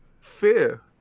Fear